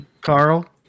Carl